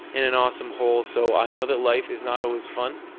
and an awesome whole, so i know that life is not always fun,